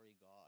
God